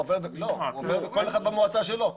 לא, הוא עובר כל אחד במועצה שלו.